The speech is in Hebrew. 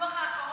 הדוח האחרון.